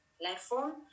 platform